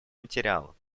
материала